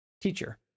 Teacher